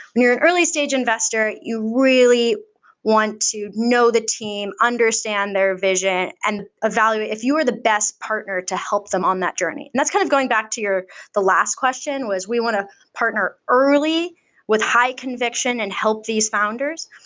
when you're an early-stage investor, you really want to know the team, understand their vision and evaluate if you are the best partner to help them on that journey. that's kind of going back to the last question, was we want to partner early with high conviction and help these founders.